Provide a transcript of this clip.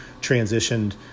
transitioned